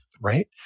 right